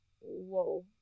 whoa